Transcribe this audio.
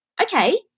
Okay